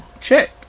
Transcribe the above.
check